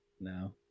no